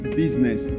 business